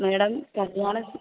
madam കല്യാണ